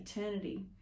eternity